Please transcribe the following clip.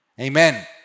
Amen